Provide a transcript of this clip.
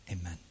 Amen